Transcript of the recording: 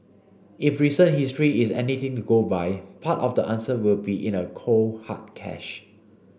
if recent history is anything to go by part of the answer will be in a cold hard cash